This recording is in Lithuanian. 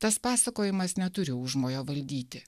tas pasakojimas neturi užmojo valdyti